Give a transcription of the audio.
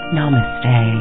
Namaste